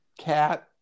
cat